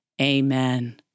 Amen